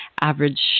average